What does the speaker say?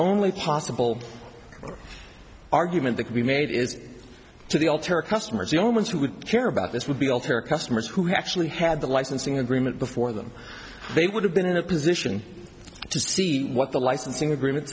only possible argument that could be made is to the altera customers the only ones who would care about this would be all fair customers who have actually had the licensing agreement before them they would have been in a position to see what the licensing agreement